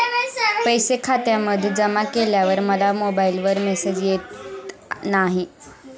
पैसे खात्यामध्ये जमा केल्यावर मला मोबाइलवर मेसेज येत नाही?